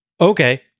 Okay